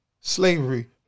slavery